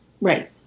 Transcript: right